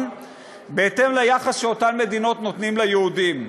בהתאם ליחס שאותן מדינות נותנות ליהודים.